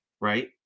right